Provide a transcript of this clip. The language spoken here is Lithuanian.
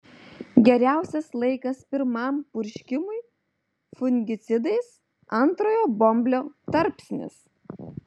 geriausias laikas pirmam purškimui fungicidais antrojo bamblio tarpsnis